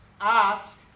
ask